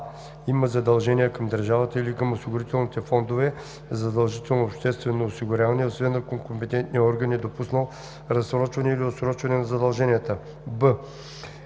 има задължения към държавата или към осигурителните фондове за задължително обществено осигуряване, освен ако компетентният орган е допуснал разсрочване или отсрочване на задълженията;